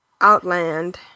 Outland